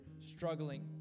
struggling